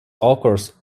occurs